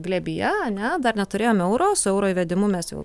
glėbyje ane dar neturėjom euro su euro įvedimu mes jau